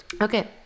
Okay